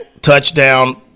touchdown